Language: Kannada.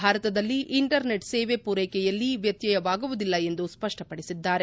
ಭಾರತದಲ್ಲಿ ಇಂಟರ್ನೆಟ್ ಸೇವೆ ಪೂರೈಕೆಯಲ್ಲಿ ವ್ಯತ್ಯಯವಾಗುವುದಿಲ್ಲ ಎಂದು ಸ್ಪಪ್ಟಪಡಿಸಿದ್ದಾರೆ